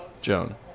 Joan